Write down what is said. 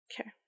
okay